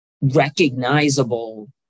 recognizable